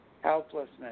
helplessness